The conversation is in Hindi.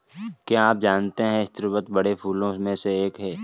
क्या आप जानते है स्रीवत बड़े फूलों में से एक है